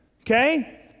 okay